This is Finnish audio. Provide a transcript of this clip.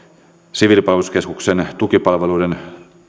siviilipalveluskeskuksen tukipalveluiden